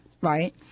Right